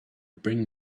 bring